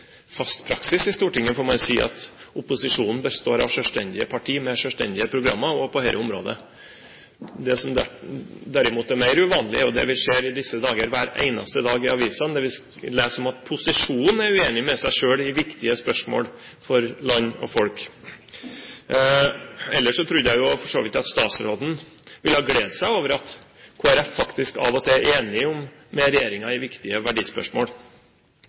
fast praksis i Stortinget, får man si, at opposisjonen består av selvstendige partier med egne programmer også på dette området. Det som derimot er mer uvanlig, og det vi kan lese hver eneste dag i avisene i disse dager, er at posisjonen er uenig med seg selv i viktige spørsmål for land og folk. Ellers trodde jeg for så vidt at statsråden ville ha gledet seg over at Kristelig Folkeparti av og til faktisk er enig med regjeringen i viktige verdispørsmål.